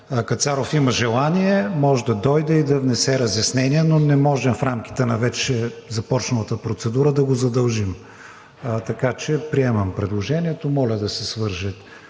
Кацаров има желание, може да дойде и да внесе разяснения, но не можем в рамките на вече започналата процедура да го задължим. Така че приемам предложението. Моля да се свържат